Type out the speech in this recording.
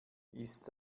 ist